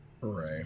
Right